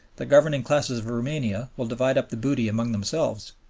the governing classes of roumania will divide up the booty amongst themselves.